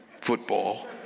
football